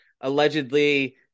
allegedly